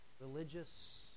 Religious